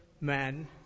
man